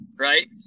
Right